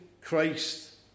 Christ